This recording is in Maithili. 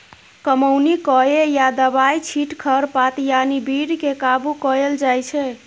कमौनी कए या दबाइ छीट खरपात यानी बीड केँ काबु कएल जाइत छै